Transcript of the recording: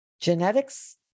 genetics